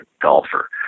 golfer